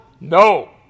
No